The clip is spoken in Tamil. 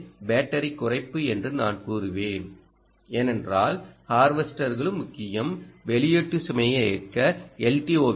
எனவே பேட்டரி குறைப்பு என்று நான் கூறுவேன் ஏனென்றால் ஹார்வெஸ்டர்களும் முக்கியம் வெளியீட்டு சுமையை இயக்க எல்